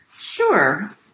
Sure